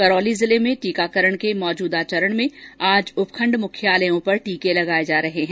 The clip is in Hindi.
करौली जिले में टीकाकरण के मौजूदा चरण में आज उपखण्ड मुख्यालयों पर टीके लगाए जा रहे हैं